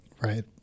Right